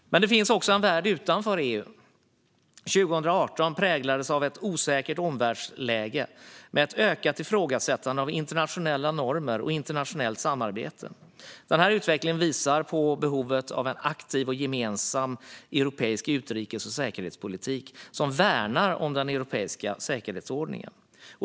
Men det finns också en värld utanför EU. År 2018 präglades av ett osäkert omvärldsläge med ett ökat ifrågasättande av internationella normer och internationellt samarbete. Den här utvecklingen visar på behovet av en aktiv och gemensam europeisk utrikes och säkerhetspolitik som värnar om den europeiska säkerhetsordningen.